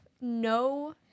No